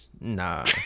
Nah